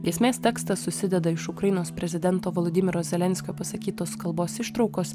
giesmės tekstas susideda iš ukrainos prezidento volodymyro zelenskio pasakytos kalbos ištraukos